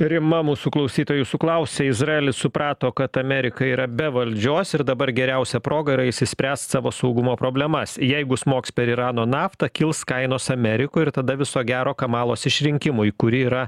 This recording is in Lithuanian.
rima mūsų klausytoja jūsų klausia izraelis suprato kad amerika yra be valdžios ir dabar geriausia proga yra išsispręst savo saugumo problemas jeigu smogs per irano naftą kils kainos amerikoj ir tada viso gero kamalos išrinkimui kuri yra